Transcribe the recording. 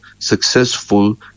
successful